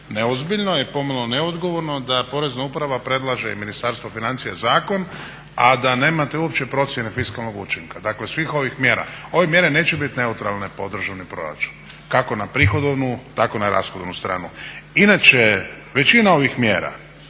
neozbiljno i pomalo neodgovorno da Porezna uprava predlaže i Ministarstvo financija zakon, a da nemate uopće procjene fiskalnog učinka, dakle svih ovih mjera. Ove mjere neće biti neutralne po državni proračun kako na prihodovnu tako na rashodovnu stranu. Inače većina ovih mjera